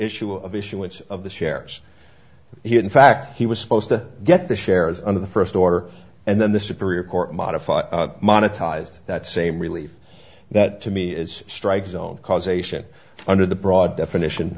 issuance of the shares he had in fact he was supposed to get the shares under the first order and then the superior court modified monetized that same relief that to me is strike zone causation under the broad definition